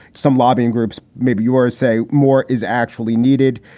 some lobbying groups, maybe yours say more is actually needed.